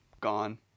gone